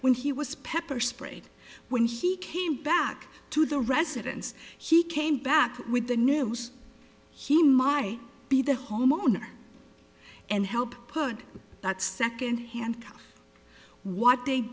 when he was pepper sprayed when he came back to the residence he came back with the news he might be the homeowner and help heard that second hand what they